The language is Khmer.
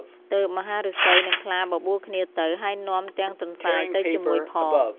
ទើបមហាឫសី និងខ្លាបបួលគ្នាទៅ ហើយនាំទាំងទន្សាយទៅជាមួយផង។